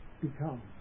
become